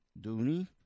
Dooney